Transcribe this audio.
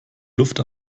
luft